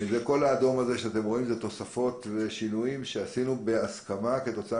כל האדום הזה שאתם רואים אלה תוספות ושינויים שעשינו בהסכמה כתוצאה